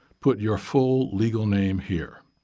put your full legal name here.